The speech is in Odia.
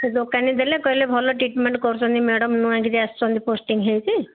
ସେ ଦୋକାନି ଦେଲେ କହିଲେ ଭଲ ଟ୍ରିଟମେଣ୍ଟ୍ କରୁଛନ୍ତି ମ୍ୟାଡ଼ାମ୍ ନୂଆ କିରି ଆସିଛନ୍ତି ପୋଷ୍ଟିଂ ହେଇକି